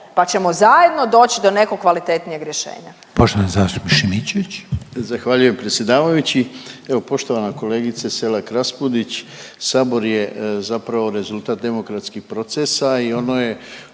pa ćemo zajedno doći do nekog kvalitetnijeg rješenja.